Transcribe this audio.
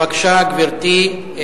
בבקשה, גברתי.